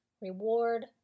reward